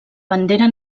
bandera